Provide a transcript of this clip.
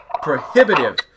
prohibitive